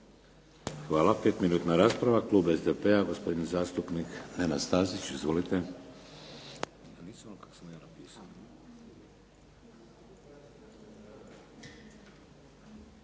Hvala. Pet minutna rasprava, klub SDP-a gospodin zastupnik Nenad Stazić. Izvolite.